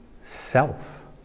self